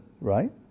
right